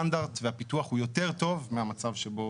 הסטנדרט והפיתוח הוא יותר טוב מהמצב שבו